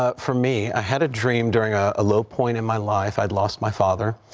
ah for me, i had a dream during ah a low point in my life. i had lost my father,